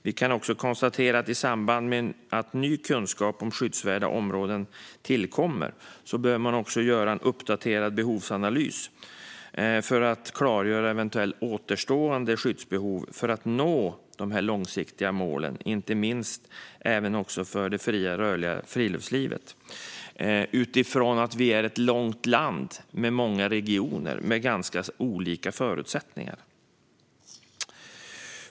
Vi kan också konstatera att i samband med att ny kunskap om skyddsvärda områden tillkommer bör man också göra en uppdaterad behovsanalys för att klargöra eventuella återstående skyddsbehov för att nå dessa långsiktiga mål, inte minst för det fria och rörliga friluftslivet utifrån att vi är ett långt land med många regioner med ganska olika förutsättningar.